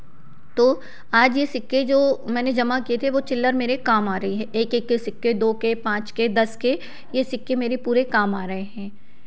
तो आज यह सिक्के जो मैंने जमा किए थे वह चिल्लड़ मेरे काम आ रही है एक एक के सिक्के दो के पाँच के दस के यह सिक्के मेरे पूरे काम आ रहे हैं